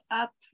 up